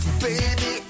Baby